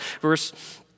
Verse